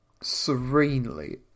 serenely